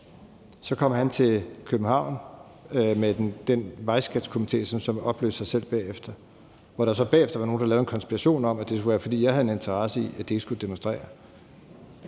Så kom han til København med Vejskatskomitéen, som så opløste sig selv bagefter, hvorefter der var nogle, der lavede en konspirationsteori om, at det skyldtes, at jeg skulle have en interesse i, at de ikke demonstrerede.